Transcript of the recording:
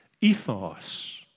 Ethos